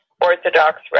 Orthodox